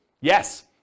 Yes